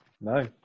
No